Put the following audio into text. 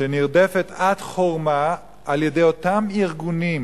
שנרדפת עד חורמה על-ידי אותם ארגונים